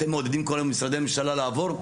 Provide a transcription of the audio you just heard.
אתם מעודדים כל יום משרדי ממשלה לעבור,